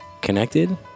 Connected